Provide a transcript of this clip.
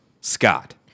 Scott